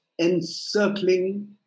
encircling